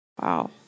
Wow